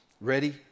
Ready